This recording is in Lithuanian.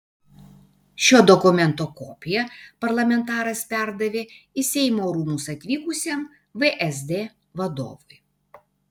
šio dokumento kopiją parlamentaras perdavė į seimo rūmus atvykusiam vsd vadovui